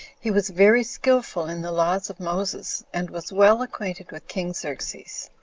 he was very skillful in the laws of moses, and was well acquainted with king xerxes.